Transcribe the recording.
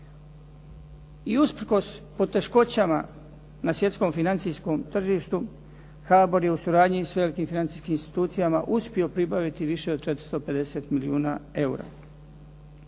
I usprkos poteškoćama na svjetskom financijskom tržištu HABOR je u suradnji sa velikim financijskim institucijama uspio pribaviti više od 450 milijuna eura.